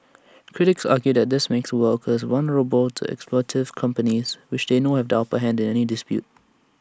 critics argue that this makes workers vulnerable to exploitative companies which they know have the upper hand in any dispute